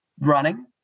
running